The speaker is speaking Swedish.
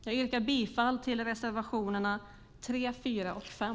Jag yrkar bifall till reservationerna 3, 4 och 5.